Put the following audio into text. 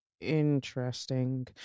Interesting